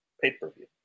pay-per-view